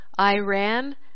Iran